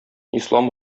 ислам